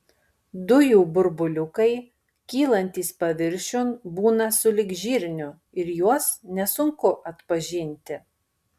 dujų burbuliukai kylantys paviršiun būna sulig žirniu ir juos nesunku atpažinti